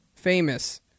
famous